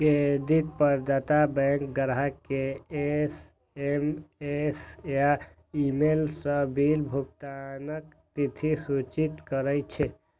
credit प्रदाता bank ग्राहक कें एस.एम.एस या ईमेल सं बिल भुगतानक तिथि सूचित करै छै